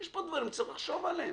יש פה דברים, צריך לחשוב עליהם.